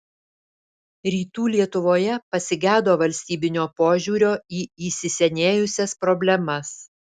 rytų lietuvoje pasigedo valstybinio požiūrio į įsisenėjusias problemas